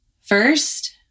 First